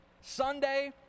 Sunday